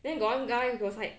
then got one guy he was like